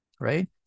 right